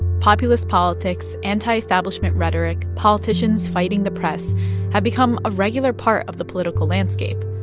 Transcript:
populist politics, anti-establishment rhetoric, politicians fighting the press have become a regular part of the political landscape,